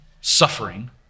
suffering